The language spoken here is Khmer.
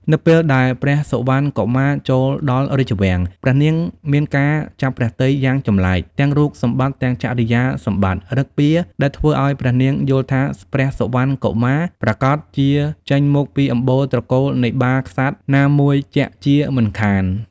នៅពេលដែលព្រះសុវណ្ណកុមារចូលដល់រាជវាំង ព្រះនាងមានការចាប់ព្រះទ័យយ៉ាងចម្លែក ទាំងរូបសម្បត្តិ ទាំងចរិយាសម្បត្តិ ឫកពា ដែលធ្វើឱ្យព្រះនាងយល់ថាព្រះសុវណ្ណកុមារប្រាកដជាចេញមកអំពីត្រកូលនៃបាក្សត្រណាមួយជាក់ជាមិនខាន។